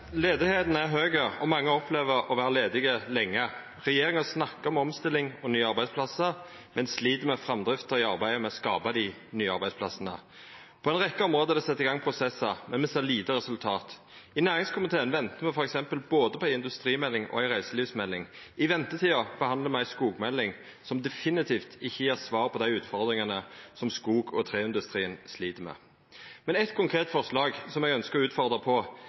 er høg, og mange opplever å vera ledige lenge. Regjeringa snakkar om omstilling og nye arbeidsplassar, men slit med framdrifta i arbeidet med å skapa dei nye arbeidsplassane. På ei rekkje område er det sett i gang prosessar, men me ser lite resultat. I næringskomiteen ventar me f.eks. både på ei industrimelding og på ei reiselivsmelding. I ventetida behandlar me ei skogmelding, som definitivt ikkje gjev svar på dei utfordringane som skog- og treindustrien slit med. Men eitt konkret forslag som eg ønskjer å utfordra på,